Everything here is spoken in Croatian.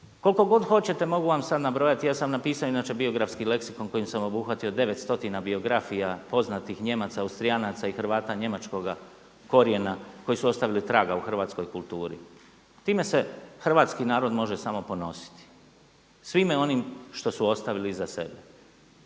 Koliko god hoćete mogu vam sada nabrojati, ja sam napisao inače biografski leksikon kojim sam obuhvatio 9 stotina biografija poznatih Nijemaca, Austrijanaca i Hrvata njemačkoga korijena koji su ostavili traga u hrvatskoj kulturi. Time se Hrvatski narod može damo ponositi svime onim što su ostavili iza sebe.